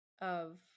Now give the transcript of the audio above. of-